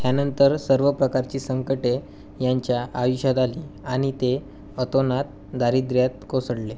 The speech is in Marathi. ह्यानंतर सर्व प्रकारची संकटे यांच्या आयुष्यात आली आणि ते अतोनात दारिद्र्यात कोसळले